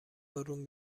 بارون